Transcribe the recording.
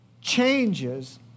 changes